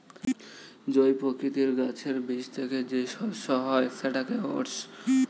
জই প্রকৃতির গাছের বীজ থেকে যে শস্য হয় সেটাকে ওটস